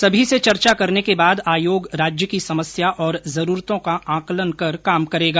सभी से चर्चा करने के बाद आयोग राज्य की समस्या और जरूरतों का आंकलन कर काम करेगा